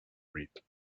read